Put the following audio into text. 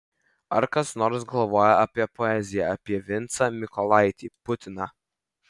ar kas nors galvoja apie poeziją apie vincą mykolaitį putiną